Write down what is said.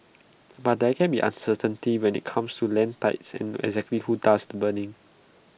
but there can be uncertainty when IT comes to land titles and exactly who does the burning